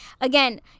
again